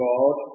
God